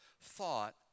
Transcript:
thought